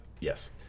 yes